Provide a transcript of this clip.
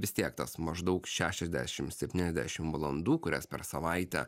vis tiek tas maždaug šešiasdešim septyniasdešim valandų kurias per savaitę